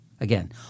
Again